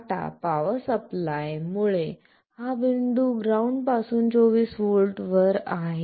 आता power supply मुळे हा बिंदू ग्राउंड पासून 24 व्होल्ट वर आहे